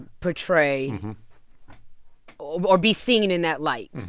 portray or be seen in that light.